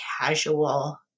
casual